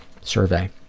survey